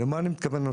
למה אני מתכוון?